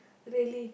really